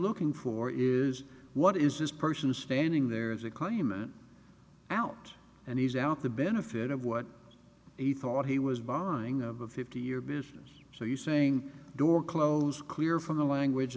looking for is what is this person standing there is a claim an out and he's out the benefit of what he thought he was barring of a fifty year vision so you saying door closed clear from the language